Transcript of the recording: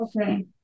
Okay